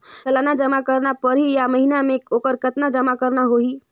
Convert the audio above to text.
सालाना जमा करना परही या महीना मे और कतना जमा करना होहि?